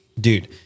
Dude